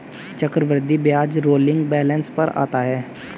चक्रवृद्धि ब्याज rolling balance पर आता है